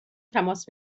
تماس